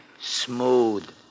Smooth